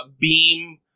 beam